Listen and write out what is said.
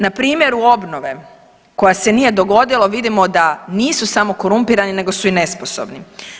Na primjeru obnove koja se nije dogodila vidimo da nisu samo korumpirani nego su i nesposobni.